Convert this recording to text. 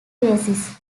basis